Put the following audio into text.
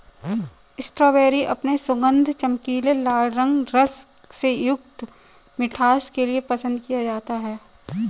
strawberry अपने सुगंध, चमकीले लाल रंग, रस से युक्त मिठास के लिए पसंद किया जाता है